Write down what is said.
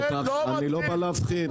אני לא בא להפחיד.